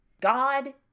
God